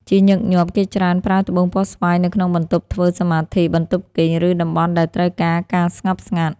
ជាញឹកញាប់ គេច្រើនប្រើត្បូងពណ៌ស្វាយនៅក្នុងបន្ទប់ធ្វើសមាធិ បន្ទប់គេង ឬតំបន់ដែលត្រូវការការស្ងប់ស្ងាត់។